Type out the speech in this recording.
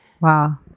wow